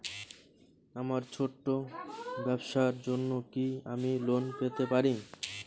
আমার ছোট্ট ব্যাবসার জন্য কি আমি লোন পেতে পারি?